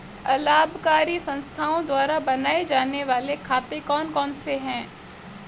अलाभकारी संस्थाओं द्वारा बनाए जाने वाले खाते कौन कौनसे हैं?